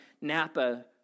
Napa